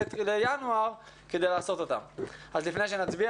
לפני שנצביע,